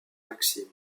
maxime